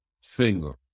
single